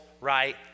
right